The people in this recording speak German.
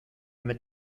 mit